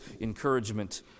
encouragement